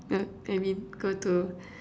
uh I mean go to